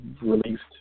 released